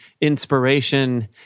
inspiration